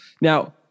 Now